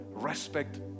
respect